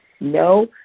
No